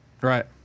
Right